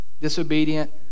Disobedient